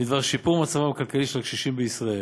בדבר שיפור מצבם הכלכלי של הקשישים בישראל.